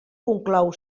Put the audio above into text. conclou